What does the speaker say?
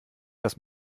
das